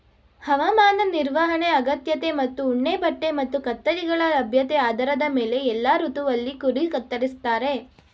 ಹವಾಮಾನ ನಿರ್ವಹಣೆ ಅಗತ್ಯತೆ ಮತ್ತು ಉಣ್ಣೆಬಟ್ಟೆ ಮತ್ತು ಕತ್ತರಿಗಳ ಲಭ್ಯತೆ ಆಧಾರದ ಮೇಲೆ ಎಲ್ಲಾ ಋತುವಲ್ಲಿ ಕುರಿ ಕತ್ತರಿಸ್ತಾರೆ